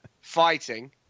fighting